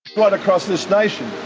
right across this nation,